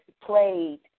played